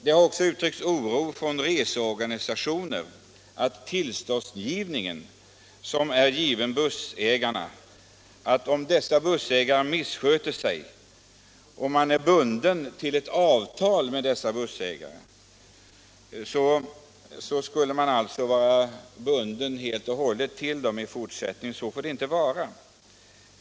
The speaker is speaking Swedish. Det har också uttryckts oro från researrangörer för att de även i fortsättningen skall vara bundna till bussägare som har erhållit tillstånd och med vilka man träffat avtal, även om bussägarna missköter sig. Så får det inte vara.